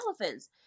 elephants